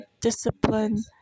discipline